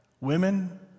women